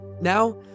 Now